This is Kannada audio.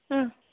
ಹ್ಞೂ